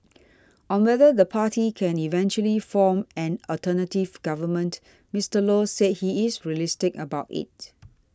on whether the party can eventually form an alternative government Mister Low said he is realistic about it